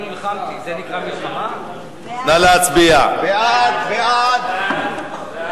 נא להצביע, נא